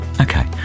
Okay